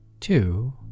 two